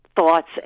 thoughts